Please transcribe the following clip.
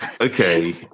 Okay